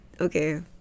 okay